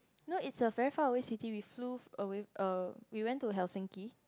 no it's a very faraway city we flew away uh we went to Helsinki